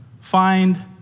find